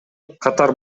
катар